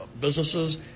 businesses